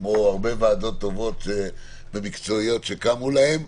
כמו הרבה ועדות טובות ומקצועיות שקמו להן,